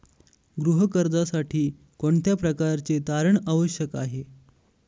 गृह कर्जासाठी कोणत्या प्रकारचे तारण आवश्यक आहे?